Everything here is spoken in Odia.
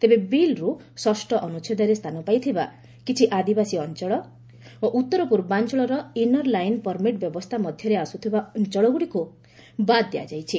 ତେବେ ବିଲ୍ରୁ ଷଷ୍ଠ ଅନୁଚ୍ଛେଦରେ ସ୍ଥାନ ପାଇଥିବା କିଛି ଆଦିବାସୀ ଅଞ୍ଚଳ ଓ ଉତ୍ତର ପୂର୍ବାଞ୍ଚଳର ଇନର ଲାଇନ୍ ପର୍ମିଟ୍ ବ୍ୟବସ୍ଥା ମଧ୍ୟରେ ଆସୁଥିବା ଅଞ୍ଚଳଗୁଡ଼ିକୁ ବାଦ୍ ଦିଆଯାଇଛି